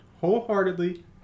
wholeheartedly